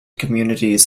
communities